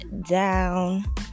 down